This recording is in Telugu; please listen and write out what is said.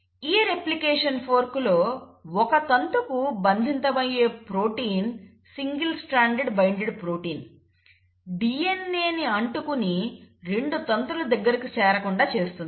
ఈ రేప్లికేషన్ ఫోర్క్ లో ఒక తంతుకు బంధితమయ్యే ప్రోటీన్ DNAని అంటుకొని రెండు తంతులు దగ్గరకు చేరకుండా చేస్తుంది